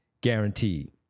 guaranteed